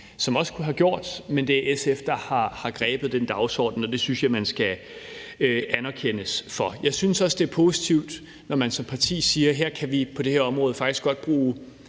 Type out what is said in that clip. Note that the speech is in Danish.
som kunne have gjort, men det er SF, der har grebet den dagsorden, og det synes jeg man skal anerkendes for. Jeg synes også, det er positivt, når man som parti siger, at vi på det her område faktisk godt kan bruge